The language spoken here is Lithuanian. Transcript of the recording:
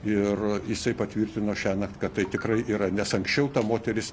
ir jisai patvirtino šiąnakt kad tai tikrai yra nes anksčiau ta moteris